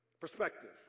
Perspective